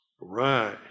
Right